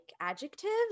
adjectives